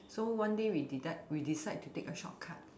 so one day we deda~ we decide to take a short cut